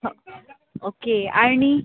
हो ओक्के आणि